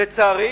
לצערי,